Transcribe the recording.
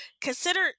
Consider